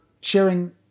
sharing